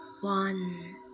One